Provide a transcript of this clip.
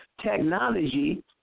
technology